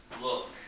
look